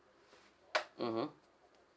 mmhmm